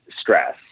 stress